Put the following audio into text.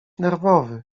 nerwowy